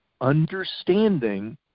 understanding